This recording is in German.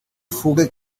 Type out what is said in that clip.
vogel